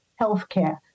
healthcare